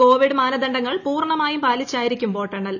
Covid മാനദണ്ഡങ്ങൾ പൂർണമായും പാലിച്ചായിരിക്കും വോട്ടെണ്ണൽ